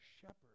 shepherd